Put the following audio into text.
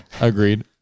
Agreed